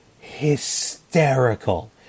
hysterical